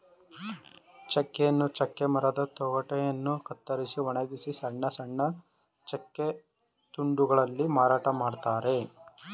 ಚೆಕ್ಕೆಯನ್ನು ಚೆಕ್ಕೆ ಮರದ ತೊಗಟೆಯನ್ನು ಕತ್ತರಿಸಿ ಒಣಗಿಸಿ ಸಣ್ಣ ಸಣ್ಣ ಚೆಕ್ಕೆ ತುಂಡುಗಳಲ್ಲಿ ಮಾರಾಟ ಮಾಡ್ತರೆ